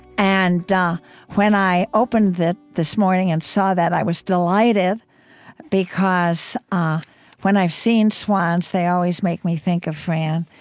and when i opened it this morning and saw that, i was delighted because ah when i've seen swans, they always make me think of fran.